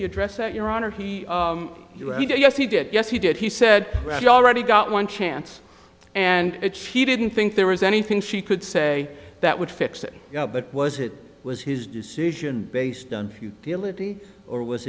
he addressed that your honor he you he did yes he did yes he did he said he already got one chance and he didn't think there was anything she could say that would fix it but was it was his decision based on futility or was